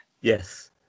Yes